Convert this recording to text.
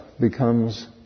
becomes